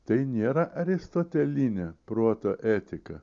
tai nėra aristotelinė proto etika